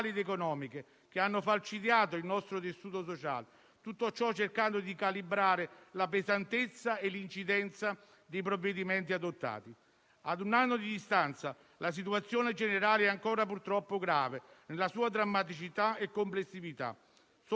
A un anno di distanza, la situazione generale, purtroppo, è ancora grave nella sua drammaticità e complessività. Solo un raggio di sole sta, poco alla volta, rischiarando questo cielo plumbeo: i vaccini, che la scienza e la ricerca sono riuscite ad allestire in breve tempo.